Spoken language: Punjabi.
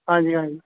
ਹਾਂਜੀ ਹਾਂਜੀ